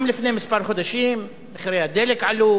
גם מחירי הדלק עלו